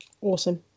Awesome